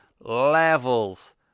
levels